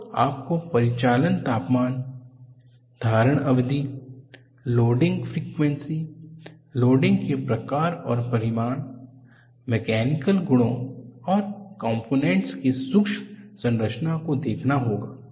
तो आपको परिचालन तापमान धारण अवधि लोडिंग फ्रिक्वेन्सी लोडिंग के प्रकार और परिमाण मेकैनिकल गुणों और कॉम्पोनेंट के सूक्ष्म संरचना को देखना होगा